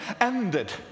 ended